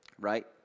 right